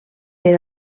per